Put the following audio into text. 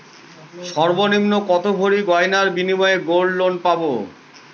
সর্বনিম্ন কত ভরি গয়নার বিনিময়ে গোল্ড লোন পাব?